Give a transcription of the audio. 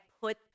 put